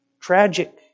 tragic